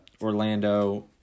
Orlando